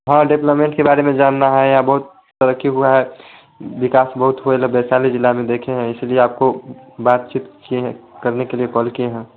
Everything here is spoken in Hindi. हाँ डेवलपमेन्ट के बारे में जानना है यहाँ बहुत तरक्की हुई है विकास बहुत हुए वैशाली ज़िले में देखे हैं इसलिए आपको बातचीत किए हैं करने के लिए कॉल किया है